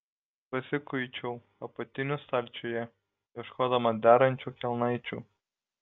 pasikuičiau apatinių stalčiuje ieškodama derančių kelnaičių